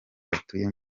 batuye